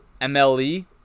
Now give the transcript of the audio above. MLE